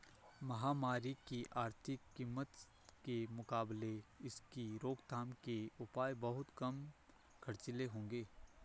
महामारी की आर्थिक कीमत के मुकाबले इसकी रोकथाम के उपाय बहुत कम खर्चीले होंगे